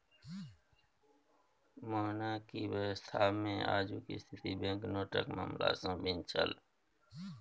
monarchy व्यवस्थामे आजुक स्थिति बैंकनोटक मामला सँ भिन्न छल